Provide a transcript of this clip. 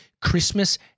Christmas